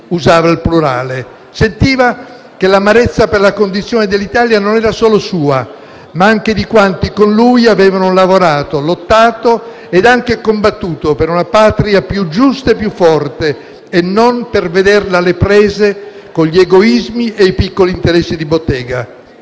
usava il plurale. Sentiva che l'amarezza per la condizione dell'Italia non era solo sua, ma anche di quanti con lui avevano lavorato, lottato e anche combattuto per una Patria più giusta e più forte e non per vederla alle prese con gli egoismi e i piccoli interessi di bottega.